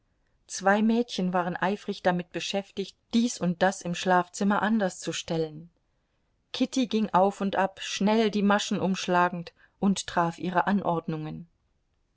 zwei mädchen waren eifrig damit beschäftigt dies und das im schlafzimmer anders zu stellen kitty ging auf und ab schnell die maschen umschlagend und traf ihre anordnungen